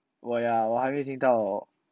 我啊我好没听到 oh